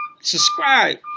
subscribe